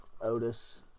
Otis